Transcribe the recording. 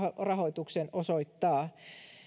rahoituksen osoittaa